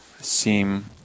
seem